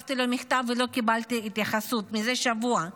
שלחתי לו מכתב ולא קיבלתי התייחסות מזה שבוע.